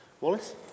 Wallace